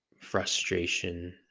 frustration